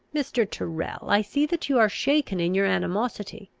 mr. tyrrel, i see that you are shaken in your animosity.